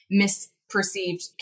misperceived